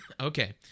Okay